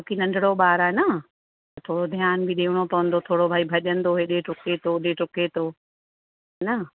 छो की नंढिड़ो ॿारु आहे न त थोरो ध्यानु बि ॾियणो पवंदो थोरो भई भॼंदो हेॾे डुके थो होॾे डुके थो न